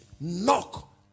knock